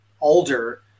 older